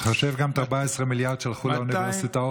תחשב גם את 14 המיליארד שהלכו לאוניברסיטאות,